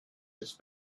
its